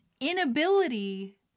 inability